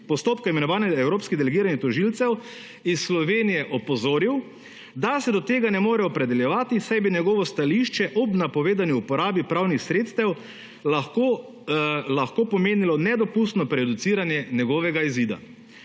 postopka o imenovanju evropskih delegiranih tožilcev iz Slovenije opozoril, da se do tega ne more opredeljevati, saj bi njegovo stališče ob napovedani uporabi pravnih sredstev lahko pomenilo nedopustno prejudiciranje njegove izida.